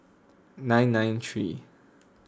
nine nine three